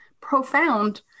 profound